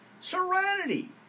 serenity